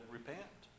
Repent